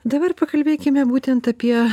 dabar pakalbėkime būtent apie